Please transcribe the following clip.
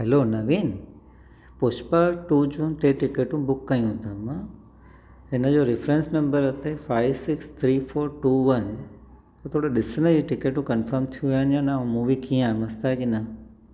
hello Naveen Pushpa two जूं टे टिकटू बुक कयू ता मां हिन जो रिफरेंस नंबर अथई five six three four two one त थोड़ो ॾिसंदे टिकटू कंफर्म थियो आहिनि या न मूवी कीअं आहे मस्तु आहे की न